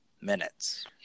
Minutes